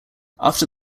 after